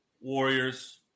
Warriors